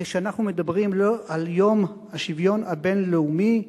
כשאנחנו מדברים על יום השוויון הבין-לאומי,